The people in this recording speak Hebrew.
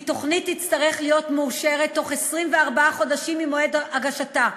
כי תוכנית תצטרך להיות מאושרת תוך 24 חודשים ממועד הגשתה.